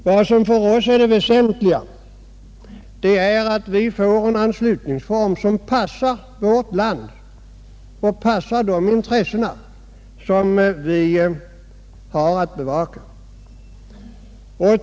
Vad som för oss är det väsentliga är att vi får en anslutningsform som passar vårt land och passar de intressen som vi har att bevaka.